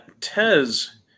Tez